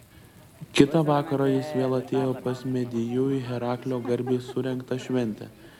kitą vakarą jis vėl atėjo pas medijų į heraklio garbei surengtą šventę